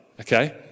okay